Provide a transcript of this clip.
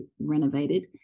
renovated